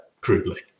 crudely